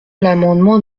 l’amendement